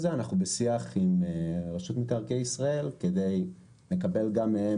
אנחנו בשיח עם רשות מקרקעי ישראל כדי לקבל גם מהם